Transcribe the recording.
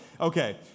okay